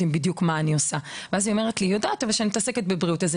יודעת מה אני עושה מעבר לידיעה שזה קשור לבריאות,